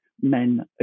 Men